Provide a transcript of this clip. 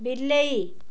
ବିଲେଇ